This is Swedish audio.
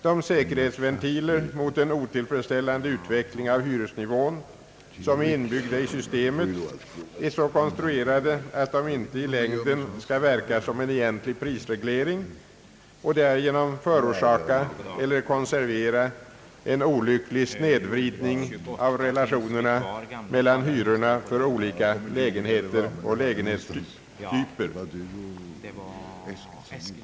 De säkerhetsventiler mot en otillfredsställande utveckling av hyresnivån, som är inbyggda i systemet, är så konstruerade att de inte i längden skall verka som en egentlig prisreglering och därigenom förorsaka eller konservera en olycklig snedvridning av relationerna mellan hyrorna för olika lägenheter och lägenhetstyper.